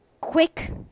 quick